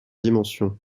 dimensions